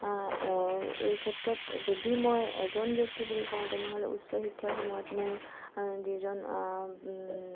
এই ক্ষেত্ৰত যদি মই এজন ব্যক্তি বুলি কওঁ তেনেহ'লে উচ্চ শিক্ষাৰ সময়ত মোৰ যিজন